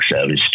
service